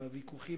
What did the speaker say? בוויכוחים